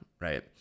right